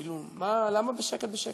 כאילו, למה בשקט-בשקט?